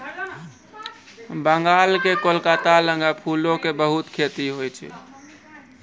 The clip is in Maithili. बंगाल के कोलकाता लगां फूलो के बहुते खेती होय छै